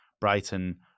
Brighton